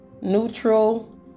neutral